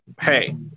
hey